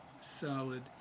solid